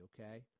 okay